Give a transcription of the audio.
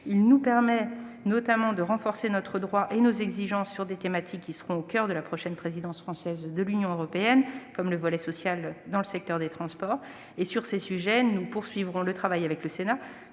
Il permet notamment de renforcer notre droit et nos exigences sur des thématiques qui seront au coeur de la prochaine présidence française du Conseil de l'Union européenne, comme le volet social dans le secteur des transports. Sur ces sujets, nous poursuivrons le travail avec le Sénat.